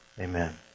Amen